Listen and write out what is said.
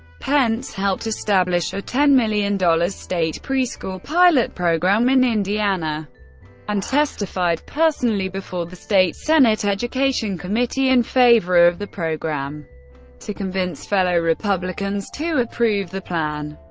pence helped establish a ten million dollars state preschool pilot program in indiana and testified personally before the state senate education committee in favor of the program to convince fellow republicans to approve the plan.